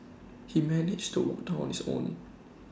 he managed to to walk down on his own